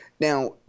Now